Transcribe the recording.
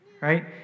right